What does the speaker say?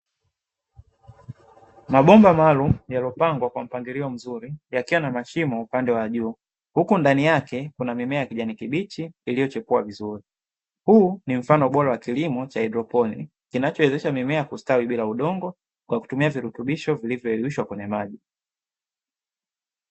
Mabomba maalumu yaliyopangwa kwa mpangilio mzuri yakiwa na mashimo upande wa juu, huku ndani yake kuna mimea ya kijani kibichi, iliyochekuwa vizuri huu ni mfano bora wa kilimo cha haidroponi kinachowezesha mimea kustawi bila udongo kwa kutumia virutubisho vilivyooteshwa kwenye maji.